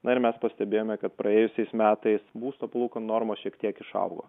na ir mes pastebėjome kad praėjusiais metais būsto palūkanų normos šiek tiek išaugo